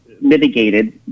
mitigated